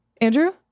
Andrew